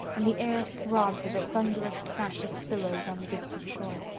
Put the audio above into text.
and the air throbbed with the thunderous crash of billows on the distant shore.